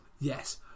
Yes